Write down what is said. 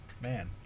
Man